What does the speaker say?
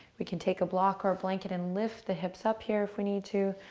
we can take a block or blanket and lift the hips up here if we need to,